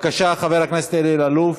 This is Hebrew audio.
בבקשה, חבר הכנסת אלי אלאלוף.